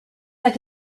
had